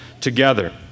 together